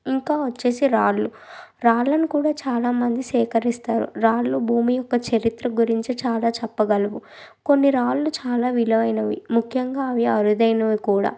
ఇంకా వచ్చేసి రాళ్లు రాళ్ళను కూడా చాలామంది సేకరిస్తారు రాళ్లు భూమి యొక్క చరిత్ర గురించి చాలా చెప్పగలము కొన్ని రాళ్లు చాలా విలువైనవి ముఖ్యంగా అవి అరుదైనవి కూడా